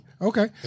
Okay